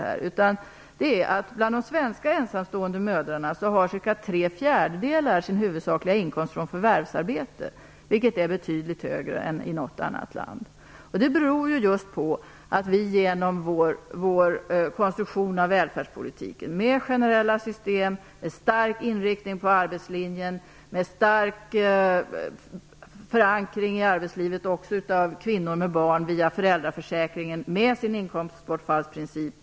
Förklaringen är att cirka tre fjärdedelar av de svenska ensamstående mödrarna har sin huvudsakliga inkomst från förvärvsarbete. Det är betydligt fler än i något annat land. Det beror just på vår konstruktion av välfärdspolitiken. Vi har generella system, en stark inriktning på arbetslinjen, och också kvinnor med barn har en stark förankring i arbetslivet via föräldraförsäkringen med sin inkomstbortfallsprincip.